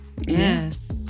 Yes